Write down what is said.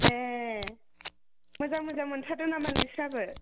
ए मोजां मोजां मोनथारदों नामा नोंस्राबो